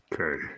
Okay